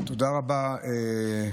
תודה רבה,